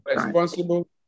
responsible